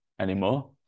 Anymore